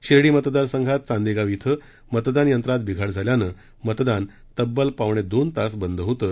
शिर्डी मतदारसंघात चांदेगाव इथं मतदानयंत्रात बिघाड झाल्यानं मतदान तब्बल पावणेदोन तास बंद होंतं